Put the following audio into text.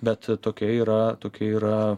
bet tokia yra tokia yra